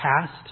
past